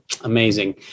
amazing